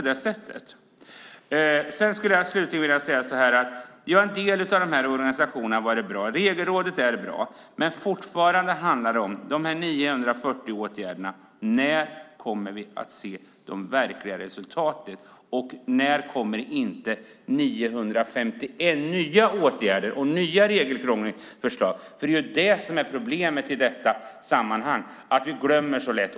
Det är beklagligt. Slutligen vill jag säga att en del av organisationerna är bra. Regelrådet är bra. Men när kommer vi att se resultatet av de 940 åtgärderna? Låt det inte bli 951 nya åtgärder och ökat regelkrångel. Problemet är att vi glömmer så lätt.